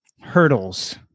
hurdles